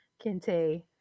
kinte